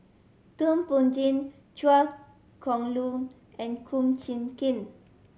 Thum Ping Tjin Chua Chong Long and Kum Chee Kin